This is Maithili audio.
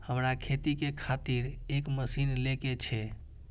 हमरा खेती के खातिर एक मशीन ले के छे?